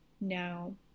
no